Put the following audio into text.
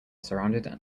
surrounded